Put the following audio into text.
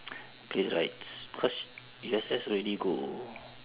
play rides because U_S_S already go